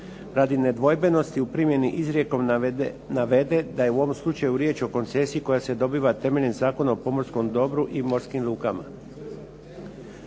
radi nedvojbenosti u primjeni izrijekom navede da je u ovom slučaju riječ o koncesiji koja se dobiva temeljem Zakona o pomorskom dobru i morskim lukama.